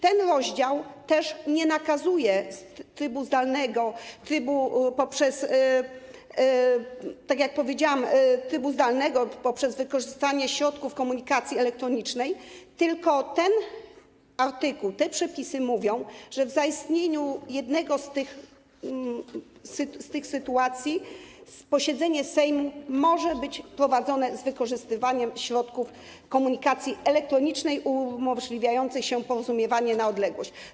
Ten rozdział nie nakazuje trybu zdalnego, tak jak powiedziałam, poprzez wykorzystanie środków komunikacji elektronicznej, tylko ten artykuł, te przepisy mówią, że w zaistnieniu jednej z tych sytuacji posiedzenie Sejmu może być prowadzone z wykorzystywaniem środków komunikacji elektronicznej umożliwiających porozumiewanie się na odległość.